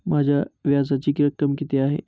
माझ्या व्याजाची रक्कम किती आहे?